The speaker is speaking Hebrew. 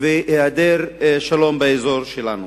והעדר שלום באזור שלנו.